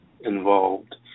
involved